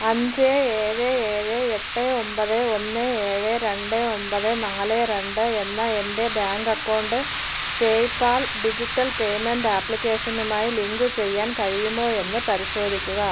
അഞ്ച് ഏഴ് ഏഴ് എട്ട് ഒമ്പത് ഒന്ന് ഏഴ് രണ്ട് ഒമ്പത് നാല് രണ്ട് എന്ന എൻ്റെ bank account PayPal digital payment ആപ്ലിക്കേഷനുമായി ലിങ്ക് ചെയ്യാൻ കഴിയുമോ എന്നു പരിശോധിക്കുക